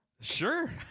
Sure